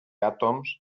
àtoms